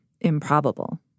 improbable